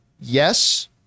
yes